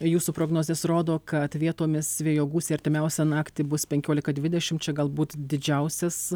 jūsų prognozės rodo kad vietomis vėjo gūsiai artimiausią naktį bus penkiolika dvidešimt čia galbūt didžiausias